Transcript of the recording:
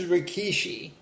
Rikishi